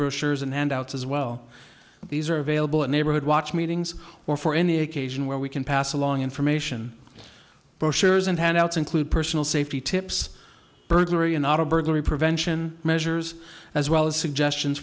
brochures and handouts as well these are available at neighborhood watch meetings or for any occasion where we can pass along information brochures and handouts include personal safety tips burglary and auto burglary prevention measures as well as suggestions